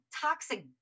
toxic